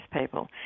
people